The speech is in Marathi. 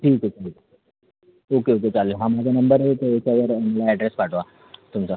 ठीक आहे ठीक आहे ओके ओके चालेल हा माझा नंबर याच्या याच्यावरून या अॅड्रेड पाठवा तुमचा